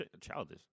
childish